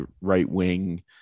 right-wing